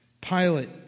Pilate